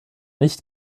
nicht